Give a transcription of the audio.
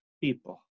people